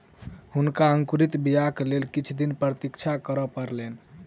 हुनका अंकुरित बीयाक लेल किछ दिन प्रतीक्षा करअ पड़लैन